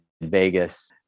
Vegas